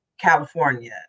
California